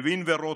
לוין ורוטמן,